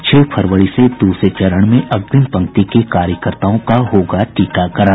छह फरवरी से दूसरे चरण में अग्रिम पंक्ति के कार्यकर्त्ताओं का होगा टीकाकरण